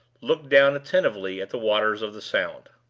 looked down attentively at the waters of the sound.